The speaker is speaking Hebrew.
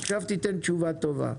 עכשיו תיתן תשובה טובה.